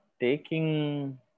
taking